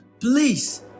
Please